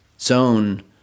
zone